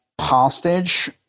hostage